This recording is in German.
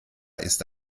ist